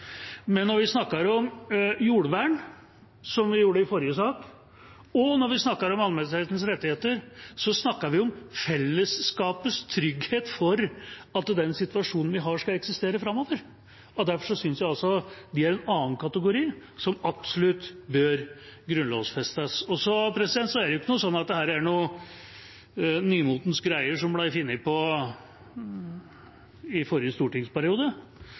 Men når vi snakker om jordvern, som vi gjorde i forrige sak, og når vi snakker om allmennhetens rettigheter, snakker vi om fellesskapets trygghet for at den situasjonen vi har, skal eksistere framover. Derfor synes jeg at dette er i en annen kategori, som absolutt bør grunnlovfestes.